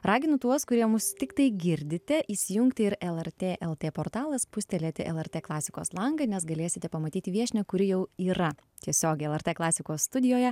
raginu tuos kurie mus tiktai girdite įsijungti ir lrt lt portalą spustelėti lrt klasikos langą nes galėsite pamatyti viešnią kuri jau yra tiesiogiai lrt klasikos studijoje